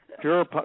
Pure